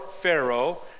Pharaoh